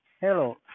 Hello